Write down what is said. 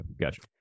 gotcha